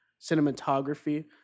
cinematography